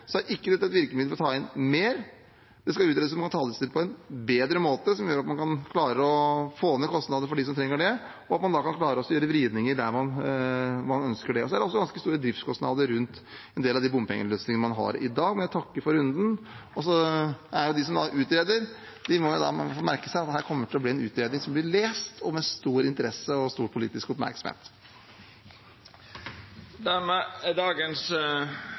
er ikke dette et virkemiddel for å ta inn mer. Det skal utredes om man kan ta det inn på en bedre måte, som gjør at man kan klare å få ned kostnadene for dem som trenger det, og at man da kan klare å gjøre vridninger der man ønsker det. Det er også ganske store driftskostnader rundt en del av de bompengeløsningene man har i dag. Jeg takker for runden. De som utreder, må merke seg at dette kommer til å bli en utredning som vil bli lest, med stor interesse og stor politisk oppmerksomhet. Debatten i sak nr. 8 er dermed avslutta. Dermed er dagens